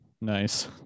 Nice